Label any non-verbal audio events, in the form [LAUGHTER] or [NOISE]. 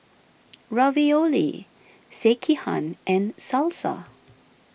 [NOISE] Ravioli Sekihan and Salsa